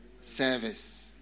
service